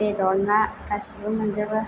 बेदर ना गासिबो मोनजोबो